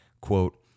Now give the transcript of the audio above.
Quote